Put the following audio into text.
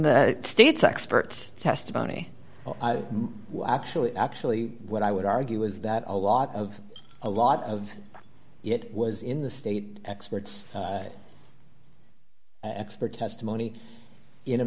the state's expert testimony actually actually what i would argue is that a lot of a lot of it was in the state experts expert testimony in a